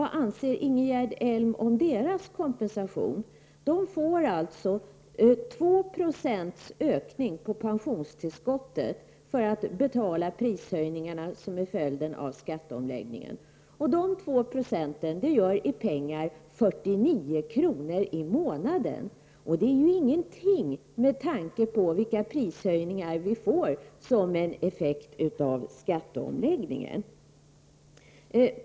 Den här gruppen pensionärer får alltså 2 76 mer i pensionstillskott för att klara de prishöjningar som blir följden av skatteomläggningen. Dessa 2 90 blir i pengar 49 kr. i månaden, och det är ingenting med tanke på de prishöjningar som blir en effekt av skatteomläggningen.